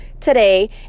today